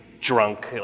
drunk